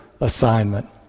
assignment